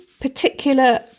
particular